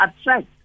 attract